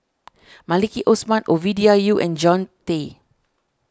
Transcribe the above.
Maliki Osman Ovidia Yu and Jean Tay